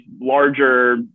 larger